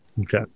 Okay